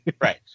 Right